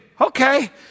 okay